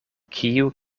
kiu